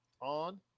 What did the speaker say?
on